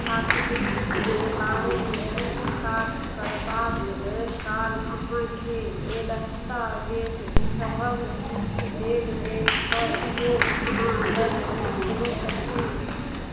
छात्रवृतिके बारेमे पूछताछ करबा काल अहाँकेँ दस्तावेज सबके सूची देल गेल छल ओ अहाँलग एखनहु अछि